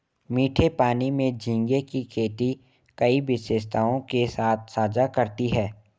मीठे पानी में झींगे की खेती कई विशेषताओं के साथ साझा करती है